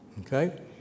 Okay